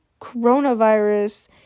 coronavirus